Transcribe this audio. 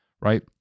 right